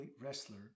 wrestler